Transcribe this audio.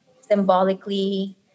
Symbolically